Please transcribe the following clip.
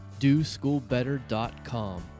DoSchoolBetter.com